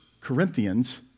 Corinthians